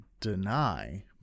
deny